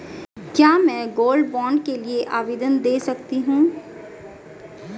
क्या मैं gold bond के लिए आवेदन दे सकती हूँ?